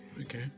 Okay